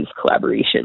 Collaboration